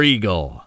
Eagle